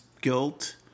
guilt